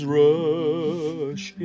rush